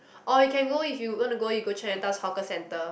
or we can go if you want to go we go Chinatown hawker centre